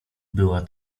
była